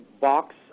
box